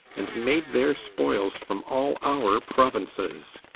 and made their spoils from all our provinces.